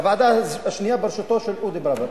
הוועדה השנייה היתה בראשותו של אודי פראוור.